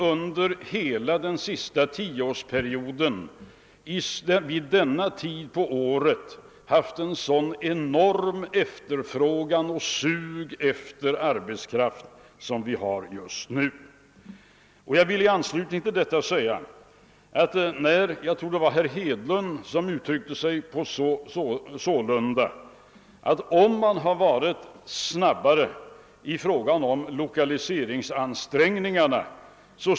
Under den senaste tioårsperioden har det inte någon gång varit ett sådant sug efter arbetskraft vid denna tid på året som nu är fallet. Jag tror det var herr Hedlund som sade att situationen skulle ha tett sig väsentligt annorlunda om man hade varit litet snabbare med lokaliseringsansträngningar.